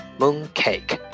mooncake